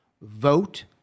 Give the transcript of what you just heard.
vote